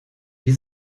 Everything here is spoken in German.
wie